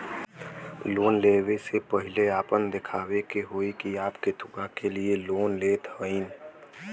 Loan ले वे से पहिले आपन दिखावे के होई कि आप कथुआ के लिए लोन लेत हईन?